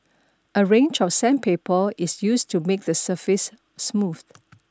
a range of sandpaper is used to make the surface smooth